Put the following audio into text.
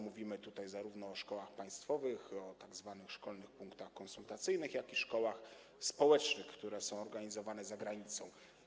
Mówimy tutaj zarówno o szkołach państwowych, o tzw. szkolnych punktach konsultacyjnych i o szkołach społecznych, które są organizowane za granicą.